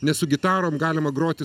nes su gitarom galima groti